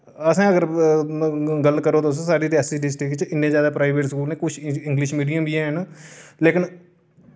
असें अगर गल्ल करो तुस साढ़ी रेआसी डिस्ट्रिक च इन्ने जैदा प्राइवेट स्कूल न किश इंग्लिश मिडियम बी हैन लेकिन